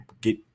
get